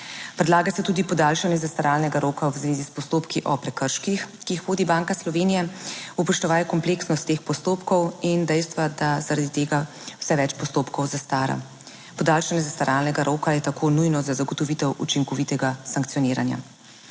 Predlaga se tudi podaljšanje zastaralnega roka v zvezi s postopki o prekrških, ki jih vodi Banka Slovenije, upoštevaje kompleksnost teh postopkov in dejstva, da zaradi tega vse več postopkov zastara. Podaljšanje zastaralnega roka je tako nujno za zagotovitev učinkovitega sankcioniranja.